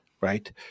right